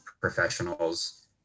professionals